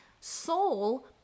Soul